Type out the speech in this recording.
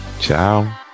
ciao